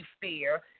fear